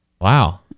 wow